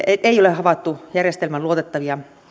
ei ei ole havaittu järjestelmän luotettavuutta